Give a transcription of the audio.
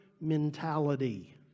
mentality